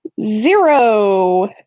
zero